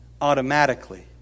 automatically